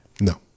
No